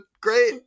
great